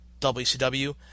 WCW